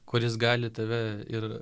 kuris gali tave ir